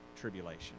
tribulation